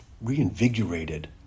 reinvigorated